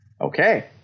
Okay